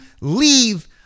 leave